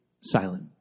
silent